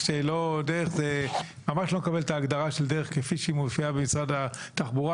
"דרך" כפי שהיא מופיעה במשרד התחבורה.